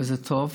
וזה טוב.